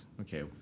Okay